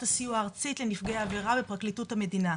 הסיוע הארצית לנפגעי עבירה בפרקליטות המדינה.